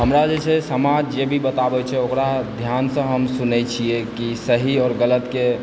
हमरा जे छै समाज जे भी बताबै छै ओकरा ध्यानसँ हम सुनय छियै कि सही आओर गलतके